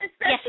Yes